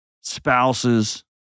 spouses